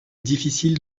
difficile